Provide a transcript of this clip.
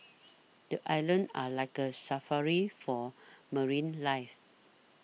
the islands are like a safari for marine life